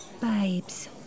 Babes